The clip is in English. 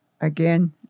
again